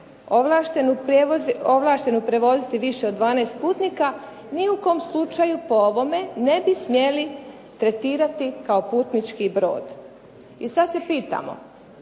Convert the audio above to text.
ovlaštenu prevoziti više od 12 putnika ni u kom slučaju po ovome ne bi smjeli tretirati kao putnički brod. I sad se pitamo